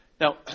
Now